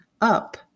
Up